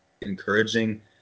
encouraging